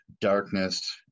darkness